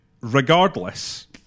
Regardless